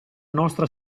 nostra